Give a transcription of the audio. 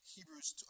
Hebrews